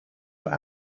were